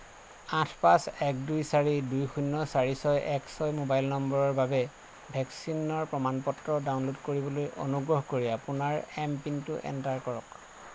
আঠ পাঁচ এক দুই চাৰি দুই শূন্য চাৰি ছয় এক ছয় মোবাইল নম্বৰৰ বাবে ভেকচিনৰ প্ৰমাণ পত্ৰ ডাউনলোড কৰিবলৈ অনুগ্ৰহ কৰি আপোনাৰ এমপিনটো এণ্টাৰ কৰক